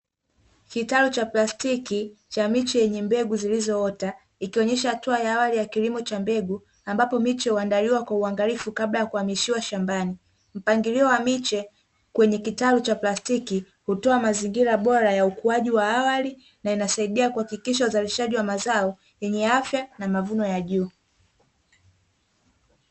Kitalu cha plastiki cha miche yenye mbegu zilizoota ikionyesha hatua ya awali ya kilimo cha mbegu ambapo miche huandaliwa kwa uangalifu kabla ya kuhamishiwa shambani. Mpangilio wa miche kwenye kitalu cha plastiki hutoa mazingira bora ya ukuaji wa awali na inasaidia kuhakikisha uzalishaji wa mazao yenye afya na mavuno ya juu.